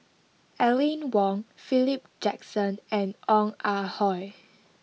Aline Wong Philip Jackson and Ong Ah Hoi